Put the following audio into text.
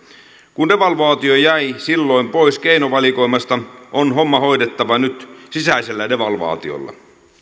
kun devalvaatio jäi silloin pois keinovalikoimasta on homma hoidettava nyt sisäisellä devalvaatiolla